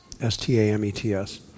S-T-A-M-E-T-S